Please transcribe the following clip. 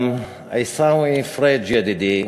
עיסאווי פריג' ידידי,